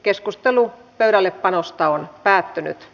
keskustelu pöydällepanosta päättyi